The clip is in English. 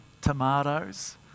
tomatoes